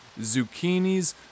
zucchinis